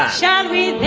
shall we